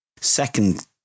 Second